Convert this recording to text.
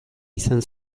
izan